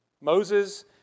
Moses